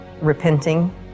repenting